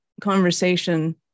conversation